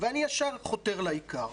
ואני ישר חותר לעיקר,